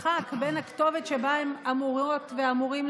השאלה היא איך אתם מפקחים ואוכפים,